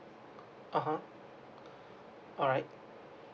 (uh huh) all right